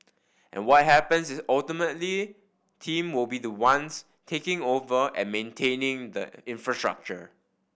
and what happens is ultimately team will be the ones taking over and maintaining the infrastructure